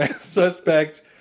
suspect